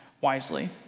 wisely